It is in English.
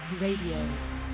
Radio